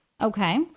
Okay